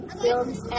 films